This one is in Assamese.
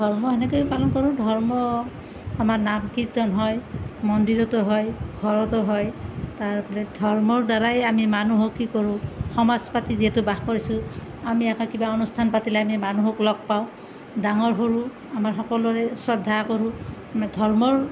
ধৰ্ম সেনেকৈয়ে পালন কৰোঁ ধৰ্ম আমাৰ নাম কীৰ্তন হয় মন্দিৰতো হয় ঘৰতো হয় তাৰোপৰি ধৰ্মৰ দ্বাৰাই আমি মানুহক কি কৰোঁ সমাজ পাতি যিহেতু বাস কৰিছোঁ আমি একে কিবা অনুষ্ঠান পাতিলে আমি মানুহক লগ পাওঁ ডাঙৰ সৰু আমাৰ সকলোৰে শ্ৰদ্ধা কৰোঁ আমি ধৰ্মৰ